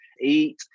eat